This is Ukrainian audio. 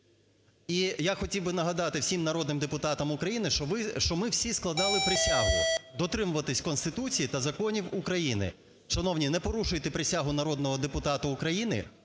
І я хотів би нагадати всім народним депутатам України, що ми всі складали присягу дотримуватися Конституції та законів України. Шановні, не порушуйте присягу народного депутата України